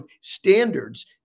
standards